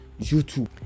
youtube